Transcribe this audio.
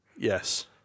Yes